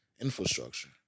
infrastructure